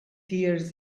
tears